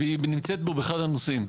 היא נמצאת פה באחד הנושאים.